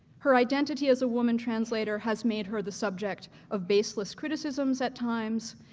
her identity as a woman translator has made her the subject of baseless criticisms at times,